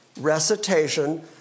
recitation